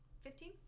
Fifteen